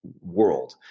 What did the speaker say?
world